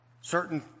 Certain